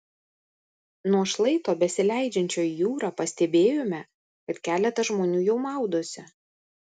nuo šlaito besileidžiančio į jūrą pastebėjome kad keletas žmonių jau maudosi